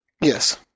Yes